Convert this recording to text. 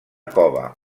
cova